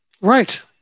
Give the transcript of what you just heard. Right